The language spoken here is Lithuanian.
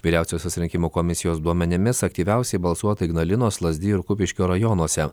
vyriausiosios rinkimų komisijos duomenimis aktyviausiai balsuota ignalinos lazdijų ir kupiškio rajonuose